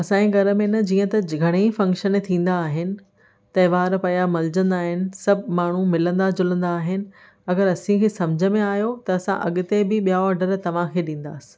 असांजे घर में न जीअं त घणेई फक्शन थींदा आहिनि त्योहार पिया मल्हाएजंदा आहिनि सभु माण्हू मिलंदा जुलंदा आहिनि अगरि असीं खे समुझ में आहियो त असां अॻिते बि ॿिया ऑडर तव्हांखे ॾींदासि